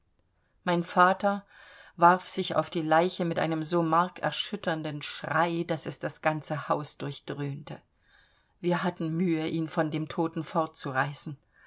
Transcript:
mein vater warf sich auf die leiche mit einem so markerschütternden schrei daß es das ganze haus durchdröhnte wir hatten mühe ihn von dem toten fortzureißen